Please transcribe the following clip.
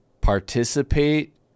participate